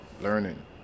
learning